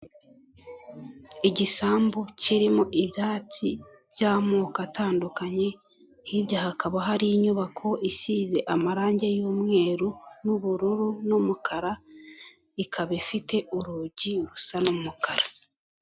Igisambu kirimo ibyatsi by'amoko atandukanye, hirya hakaba hari inyubako isize amarange y'umweru n'ubururu n'umukara, ikaba ifite urugi rusa n'umukara.